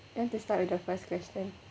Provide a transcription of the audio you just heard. then to start with the first question